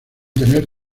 tener